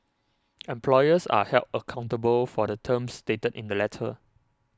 employers are held accountable for the terms stated in the letter